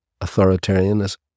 authoritarianism